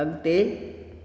अॻिते